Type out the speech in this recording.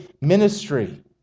ministry